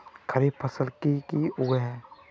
खरीफ फसल की की उगैहे?